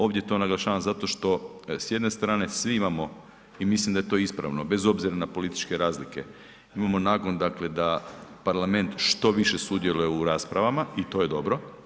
Ovdje to naglašavam da zato što s jedne strane svi imamo i mislim da je to ispravno bez obzira na političke razlike, imamo nagon dakle da parlament što više sudjeluje u raspravama i to je dobro.